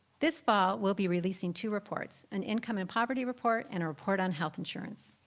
this fall we'll be releasing two reports an income and poverty report and a report on health insurance.